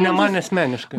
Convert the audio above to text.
ne man asmeniškai